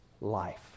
life